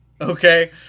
okay